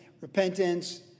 repentance